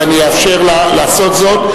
ואני אאפשר לה לעשות זאת.